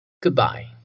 Goodbye